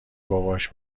باباش